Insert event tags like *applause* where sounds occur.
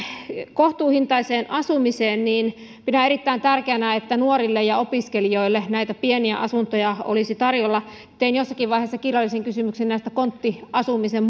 kohtuuhintaiseen asumiseen niin pidän erittäin tärkeänä että nuorille ja opiskelijoille olisi tarjolla pieniä asuntoja tein jossakin vaiheessa kirjallisen kysymyksen konttiasumisen *unintelligible*